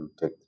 take